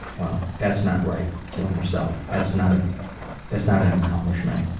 well, that's not right, killing yourself. that's not ah that's not an accomplishment.